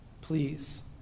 Please